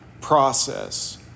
process